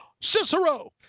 Cicero